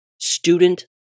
student